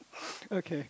okay